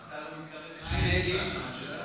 אתה לא מתקרב לשמינית מהזמן שלה.